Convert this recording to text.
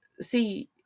See